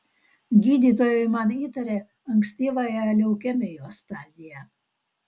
gydytojai man įtarė ankstyvąją leukemijos stadiją